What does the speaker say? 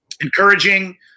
Encouraging